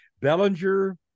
Bellinger